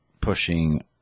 pushing